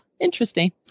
interesting